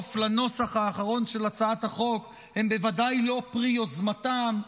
לנוסח האחרון של הצעת החוק הם בוודאי לא פרי יוזמתם,